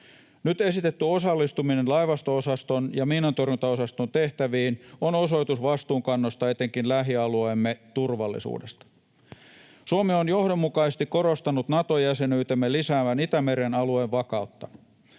Nyt esitetty osallistuminen laivasto-osaston ja miinantorjuntaosaston tehtäviin on osoitus vastuunkannosta etenkin lähialueemme turvallisuudesta. Suomi on johdonmukaisesti korostanut Nato-jäsenyytemme lisäävän Itämeren alueen vakautta.